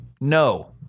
No